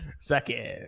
Second